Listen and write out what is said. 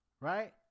Right